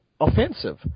offensive